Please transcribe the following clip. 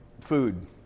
food